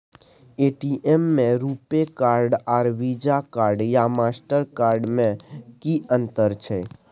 ATM में RuPay card आर Visa card या मास्टर कार्ड में कि अतंर छै?